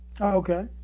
Okay